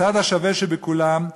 הצד השווה שבכולם,